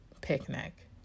picnic